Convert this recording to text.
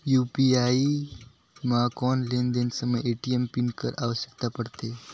UPI म कौन लेन देन समय ए.टी.एम पिन कर आवश्यकता पड़थे?